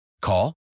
Call